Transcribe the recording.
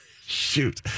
shoot